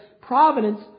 providence